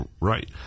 Right